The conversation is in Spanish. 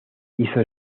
hizo